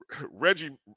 Reggie